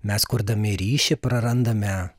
mes kurdami ryšį prarandame